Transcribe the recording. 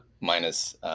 minus –